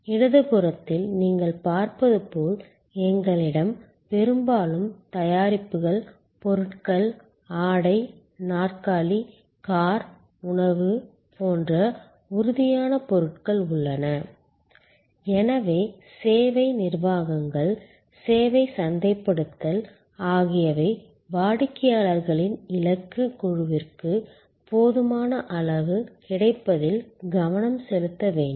இடதுபுறத்தில் நீங்கள் பார்ப்பது போல் எங்களிடம் பெரும்பாலும் தயாரிப்புகள் பொருட்கள் ஆடை நாற்காலி கார் உணவு போன்ற உறுதியான பொருட்கள் உள்ளன எனவே சேவை நிர்வாகங்கள் சேவை சந்தைப்படுத்தல் ஆகியவை வாடிக்கையாளர்களின் இலக்கு குழுவிற்கு போதுமான அளவு கிடைப்பதில் கவனம் செலுத்த வேண்டும்